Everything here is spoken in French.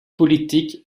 politiques